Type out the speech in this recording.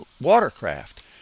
watercraft